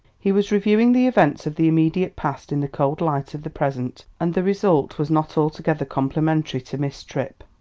he was reviewing the events of the immediate past in the cold light of the present, and the result was not altogether complimentary to miss tripp.